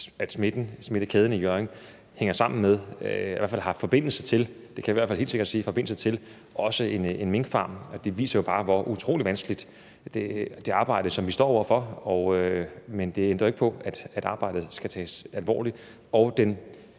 at smittekæden i Hjørring hænger sammen med eller i hvert fald har forbindelse til – jeg kan i hvert fald helt sikkert sige forbindelse til – en minkfarm også. Det viser jo bare, hvor utrolig vanskeligt det arbejde, som vi står over for, er, men det ændrer jo ikke på, at arbejdet skal tages alvorligt.